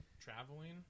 traveling